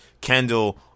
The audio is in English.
Kendall